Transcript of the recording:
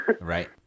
right